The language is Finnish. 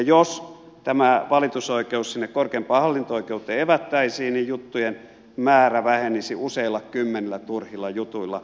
jos tämä valitusoikeus sinne korkeimpaan hallinto oikeuteen evättäisiin niin juttujen määrä vähenisi useilla kymmenillä turhilla jutuilla